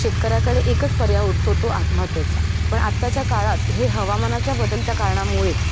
शेतकऱ्याकडे एकच पर्याय उरतो तो आत्महत्येचा पण आत्ताच्या काळात हे हवामानाच्या बदलत्या कारणामुळे